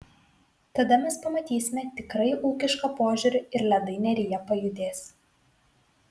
tada mes pamatysime tikrai ūkišką požiūrį ir ledai neryje pajudės